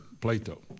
Plato